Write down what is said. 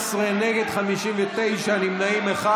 17, נגד, 59, נמנע אחד.